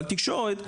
אבל תקשורת,